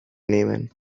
nehmen